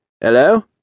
Hello